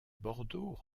bordeaux